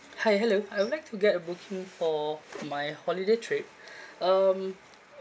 hi hello I would like to get a booking for my holiday trip um